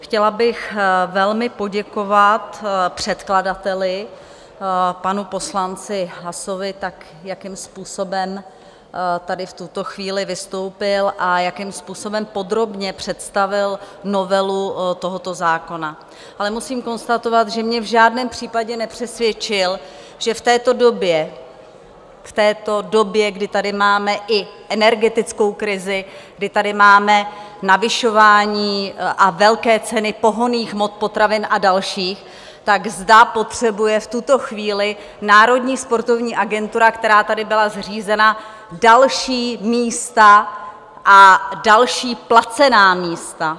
Chtěla bych velmi poděkovat předkladateli panu poslanci Haasovi, jakým způsobem tady v tuto chvíli vystoupil a jakým způsobem podrobně představil novelu tohoto zákona, ale musím konstatovat, že mě v žádném případě nepřesvědčil, že v této době, kdy tady máme i energetickou krizi, kdy tady máme navyšování a velké ceny pohonných hmot, potravin a dalších, tak zda potřebuje v tuto chvíli Národní sportovní agentura, která tady byla zřízena, další místa a další placená místa.